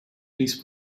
please